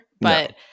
but-